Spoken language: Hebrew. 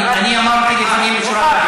אני אמרתי: לפנים משורת הדין.